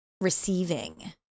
receiving